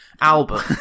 album